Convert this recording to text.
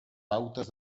pautes